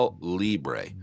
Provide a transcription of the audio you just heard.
Libre